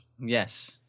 yes